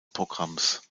programms